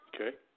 Okay